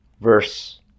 verse